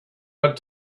went